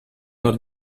not